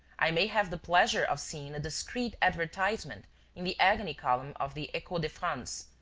i may have the pleasure of seeing a discreet advertisement in the agony-column of the echo de france,